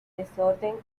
desorden